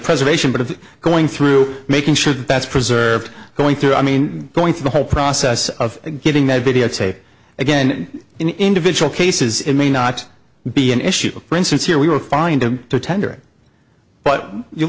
preservation but of going through making sure that that's preserved going through i mean going through the whole process of getting that videotape again in individual cases it may not be an issue for instance here we will find a tendering but you